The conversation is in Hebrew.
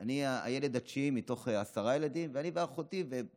אני הילד התשיעי מתוך עשרה ילדים, ובסוף